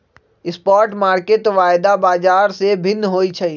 spot market वायदा बाजार से भिन्न होइ छइ